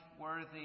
worthy